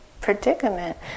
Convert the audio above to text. predicament